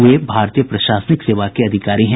वे भारतीय प्रशासनिक सेवा के अधिकारी हैं